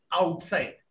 outside